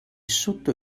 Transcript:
sotto